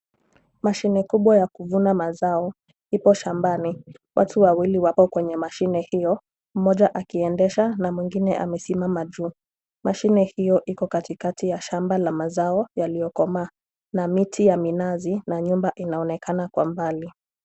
Mashine kubwa ya kuvuna mazoa ipo shambani, watu wawili wako kwenye mashine io , moja akiendesha na mwingine amesimama juu. mashine io iko katika ya shamba la mazao yalio koma na miti ya minazi na nyumba inaonekana kwa mbali.